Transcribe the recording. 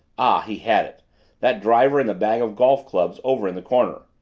ah, he had it that driver in the bag of golf clubs over in the corner.